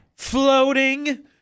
Floating